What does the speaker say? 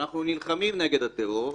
שאנחנו נלחמים נגד הטרור,